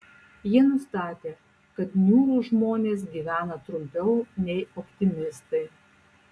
jie nustatė kad niūrūs žmonės gyvena trumpiau nei optimistai